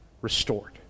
restored